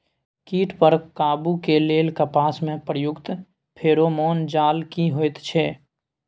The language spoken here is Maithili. कीट पर काबू के लेल कपास में प्रयुक्त फेरोमोन जाल की होयत छै?